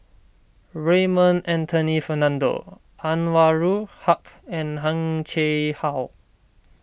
Raymond Anthony Fernando Anwarul Haque and Heng Chee How